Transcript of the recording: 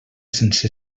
sense